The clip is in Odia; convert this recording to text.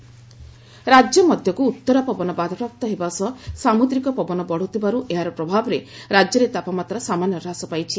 ତାପମାତ୍ରା ହ୍ରାସ ରାଜ୍ୟ ମଧ୍ଧକୁ ଉଉରା ପବନ ବାଧାପ୍ରାପ୍ତ ହେବା ସହ ସାମୁଦ୍ରିକ ପବନ ବଢୁଥିବାରୁ ଏହାର ପ୍ରଭାବରେ ରାକ୍ୟରେ ତାପମାତ୍ରା ସାମାନ୍ୟ ହ୍ରାସ ପାଇଛି